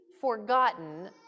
forgotten